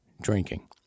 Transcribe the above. drinking